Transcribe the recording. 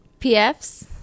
PFs